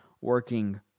working